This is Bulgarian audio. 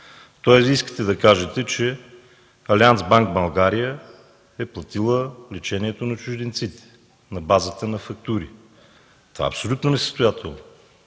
Тоест искате да кажете, че Алианц Банк България е платила лечението на чужденците на базата на фактури. Това е абсолютно несъстоятелно.